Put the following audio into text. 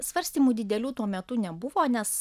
svarstymų didelių tuo metu nebuvo nes